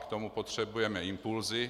K tomu potřebujeme impulzy.